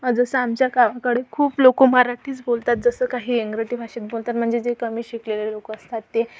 जसं आमच्याकडे खूप लोक मराठीच बोलतात जसं काही इंग्रजी भाषेत बोलतात म्हणजे जे कमी शिकलेले लोक असतात ते